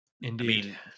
Indeed